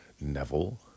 Neville